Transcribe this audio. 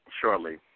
shortly